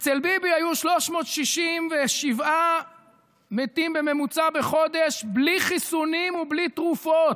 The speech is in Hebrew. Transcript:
אצל ביבי היו 367 מתים בממוצע בחודש בלי חיסונים ובלי תרופות.